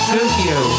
Tokyo